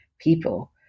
people